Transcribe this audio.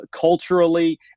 culturally